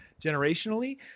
generationally